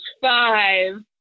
five